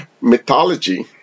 mythology